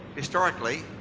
historically,